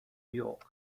york